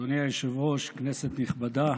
אדוני היושב-ראש, כנסת נכבדה,